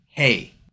hey